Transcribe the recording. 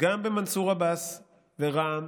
גם במנסור עבאס ורע"מ,